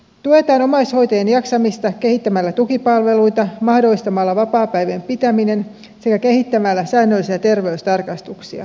tuetaan omaishoitajien jaksamista kehittämällä tukipalveluita mahdollistamalla vapaapäivien pitäminen sekä kehittämällä säännöllisiä terveystarkastuksia